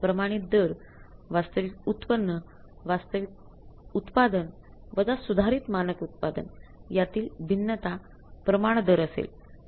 प्रमाणित दर वास्तविक उत्पन्न वास्तविक उत्पादन वजा सुधारित मानक उत्पादन यातील भिन्नता प्रमाणदर असेल